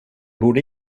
borde